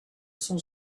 son